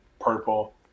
purple